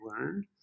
learned